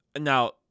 now